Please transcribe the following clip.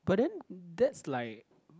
but then that's like